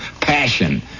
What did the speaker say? passion